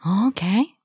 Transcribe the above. Okay